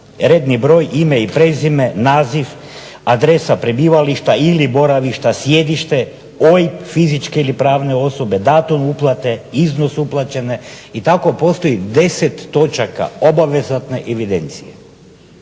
redni broj, ime i prezime, naziv, adresa prebivališta ili boravište, sjedište, OIB fizičke ili pravne osobe, datum uplate, iznos uplaćene i tako postoji 10 točaka obvezatne evidencije.